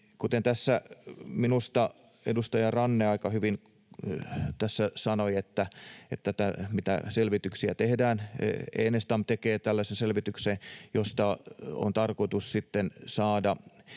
Tässä minusta edustaja Ranne aika hyvin sanoi, mitä selvityksiä tehdään. Enestam tekee tällaisen selvityksen, josta on tarkoitus sitten